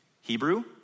Hebrew